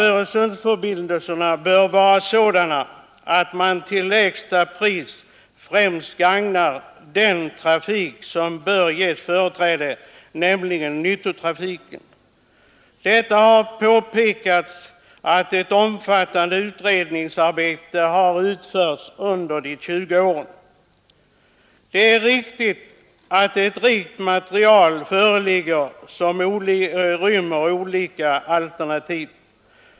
Öresundsförbindelsen bör vara sådan att man till lägsta pris främst gagnar den trafik som bör ges företräde, nämligen nyttotrafiken. Det har påpekats att ett omfattande utredningsarbete har utförts under 20 år. Ett rikt material föreligger som rymmer olika alternativ.